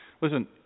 Listen